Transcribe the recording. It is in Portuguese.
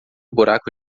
buraco